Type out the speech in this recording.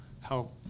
help